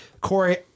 Corey